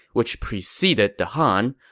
which preceded the han,